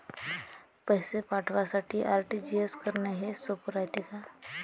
पैसे पाठवासाठी आर.टी.जी.एस करन हेच सोप रायते का?